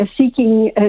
seeking